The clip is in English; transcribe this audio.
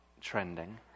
trending